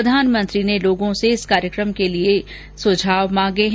प्रधानमंत्री ने लोगों से इस कार्यक्रम के लिए उनके सुझाव मांगे है